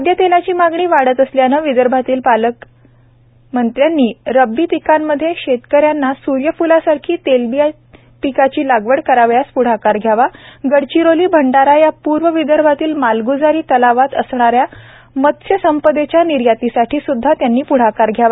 खादय तेलाची मागणी वाढत असल्याने विदर्भातील पालकमंत्र्यांनी रब्बी पिकांमध्ये शेतकऱ्यांना सुर्य फूलासारखी तेलबिया पिकाची लागवड करावयास पूढाकार घ्यावा गडचिरोली भंडारा या पूर्व विदर्भातील मालगूजारी तलावात असणाऱ्या मत्स्यसंपदेच्या निर्यातीसाठी सुद्धा त्यांनी प्ढाकार घ्यावा